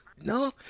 No